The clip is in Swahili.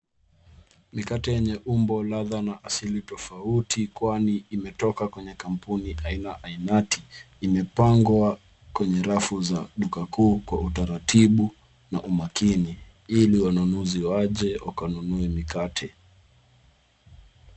Mikate yenye umbo, ladha na asili tofauti kwani imetoka kwenye kampuni aina ainati. Vimepangwa kwenye rafu za duka kuu kwa utaratibu na umakini ili wanunuzi waje wakanunue mikate.